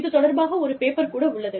இது தொடர்பாக ஒரு பேப்பர் கூட உள்ளது